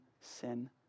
sin